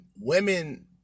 women